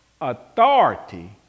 authority